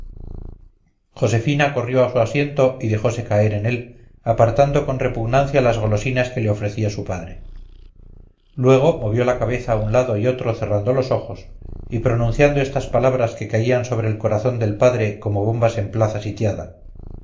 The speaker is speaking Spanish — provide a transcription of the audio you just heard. josefina corrió a su asiento y dejose caer en él apartando con repugnancia las golosinas que le ofrecía su padre luego movió la cabeza a un lado y otro cerrando los ojos y pronunciando estas palabras que caían sobre el corazón del padre como bombas en plaza sitiada